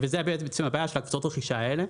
זו הבעיה של קבוצות הרכישה האלה.